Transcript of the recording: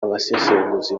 abasesenguzi